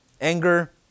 Anger